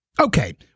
Okay